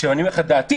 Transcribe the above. ואני אומר לך את דעתי,